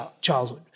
childhood